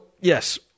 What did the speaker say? yes